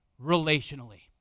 relationally